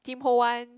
Tim-Ho-Wan